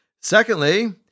Secondly